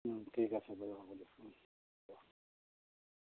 ঠিক আছে বাৰু হ'ব দিয়ক